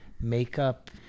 Makeup